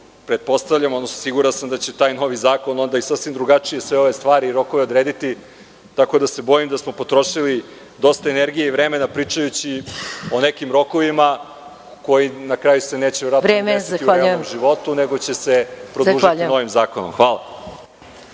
Pretpostavljam, odnosno siguran sam da će taj novi zakon onda i sasvim drugačije sve ove stvari i rokove odrediti…(Predsednik: Vreme.)… tako da se bojim da smo potrošili dosta energije i vremena pričajući o nekim rokovima koji se na kraju verovatno neće ni desiti u realnom životu, nego će se produžiti novim zakonom. Hvala.